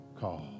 call